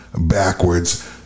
backwards